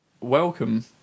Welcome